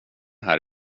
här